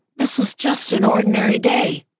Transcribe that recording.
this was just an ordinary day.